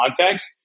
context